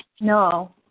No